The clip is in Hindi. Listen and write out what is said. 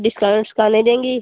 डिस्काउन ओस्काउन नहीं देंगी